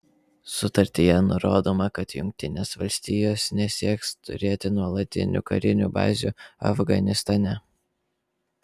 sutartyje nurodoma kad jungtinės valstijos nesieks turėti nuolatinių karinių bazių afganistane